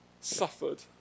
suffered